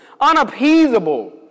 unappeasable